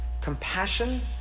compassion